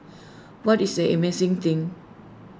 what is this amazing thing